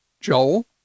Joel